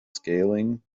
scaling